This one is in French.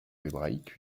hébraïque